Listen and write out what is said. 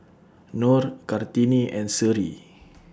Nor Kartini and Seri